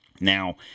Now